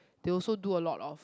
they also do a lot of